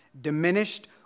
diminished